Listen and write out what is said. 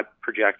project